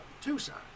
Tucson